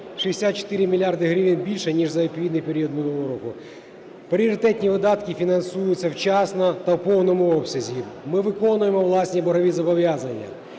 64 мільярди гривень більше, ніж за відповідний період минулого року. Пріоритетні видатки фінансуються вчасно та в повному обсязі, ми виконуємо власні боргові зобов'язання.